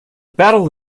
battle